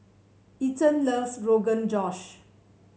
Ethan loves Rogan Josh